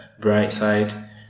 Brightside